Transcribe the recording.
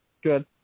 Good